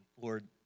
Lord